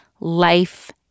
life